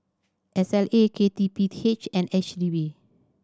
S L A K T P H and H D B